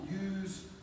use